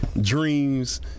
dreams